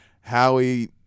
Howie